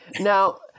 Now